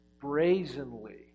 brazenly